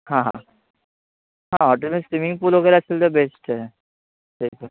हां हां हां हॉटेलमए स्विमिंग पूल वगैरे असेल तर बेस्ट आहे बेस्ट आहे